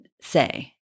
say